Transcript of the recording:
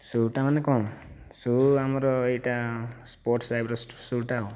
ସୁ'ଟା ମାନେ କ'ଣ ସୁ' ଆମର ଏଇଟା ସ୍ପୋର୍ଟସ୍ ଟାଇପ୍ର ସୁ'ଟା ଆଉ